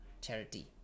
charity